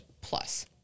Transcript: plus